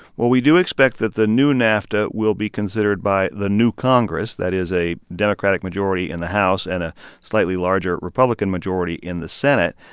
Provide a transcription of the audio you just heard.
well, we do expect that the new nafta will be considered by the new congress that is a democratic majority in the house and a slightly larger republican majority in the senate.